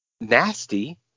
nasty